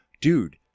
dude